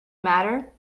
matter